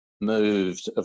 moved